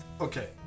okay